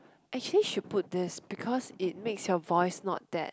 actually should put this because it makes your voice not that